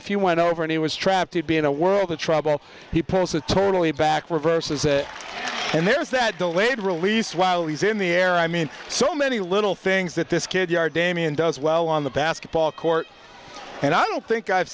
few went over and he was trapped you'd be in a world of trouble he pulls a totally back reverses a and there's that delayed release while he's in the air i mean so many little things that this kid yard damian does well on the basketball court and i don't think i've